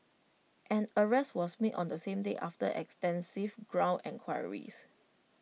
an arrest was made on the same day after extensive ground enquiries